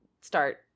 start